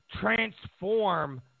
transform